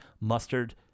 Mustard